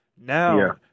Now